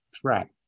threat